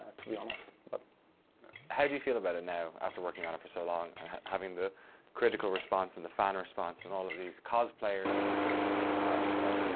to be honest. but how do you feel about it now, after working on it for so long and having the critical response and the fan response, and all of these cosplayers, and people just making art and stuff?